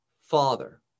Father